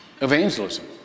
evangelism